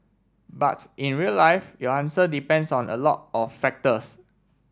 but in real life your answer depends on a lot of factors